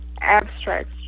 abstract